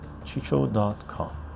chicho.com